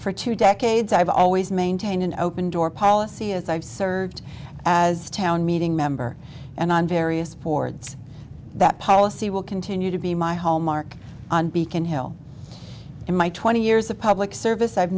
for two decades i've always maintained an open door policy as i've served as town meeting member and on various boards that policy will continue to be my home mark on beacon hill in my twenty years of public service i've